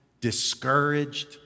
discouraged